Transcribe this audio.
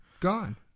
Gone